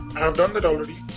have done that already.